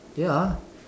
ya